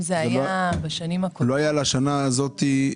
להיכרותי,